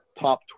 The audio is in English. top